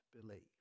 believe